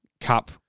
cup